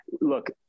look